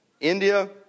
India